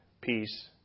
peace